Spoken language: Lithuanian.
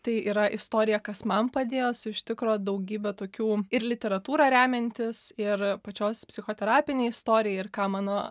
tai yra istorija kas man padėjo su iš tikro daugybe tokių ir literatūra remiantis ir pačios psichoterapinė istorija ir ką mano